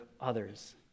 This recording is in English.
others